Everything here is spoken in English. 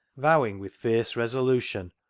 vowing with fierce resolution,